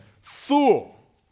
fool